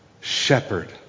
shepherd